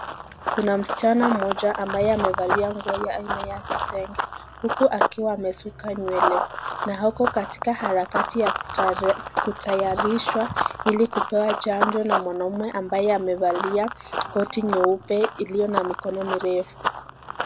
Kuna msichana mmoja ambaye amevalia nguo ya aina ya kitenge uku akiwa amesuka nywele na ako katika harakati ya kutayarishwa ili kupewa chanjo na mwanaume ambaye amevalia koti nyeupe iliona mikono mirefu.